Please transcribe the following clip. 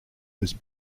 was